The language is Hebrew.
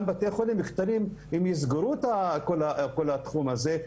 גם בתי חולים קטנים יסגרו את כל התחום הזה,